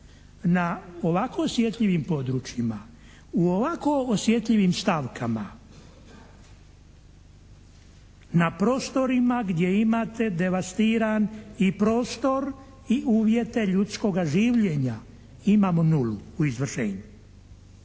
Na ovako osjetljivim područjima, u ovako osjetljivim stavkama na prostorima gdje imate devastiran i prostor i uvjete ljudskoga življenja imamo nulu u izvršenju.